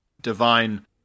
divine